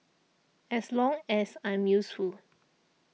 as long as I'm useful